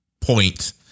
point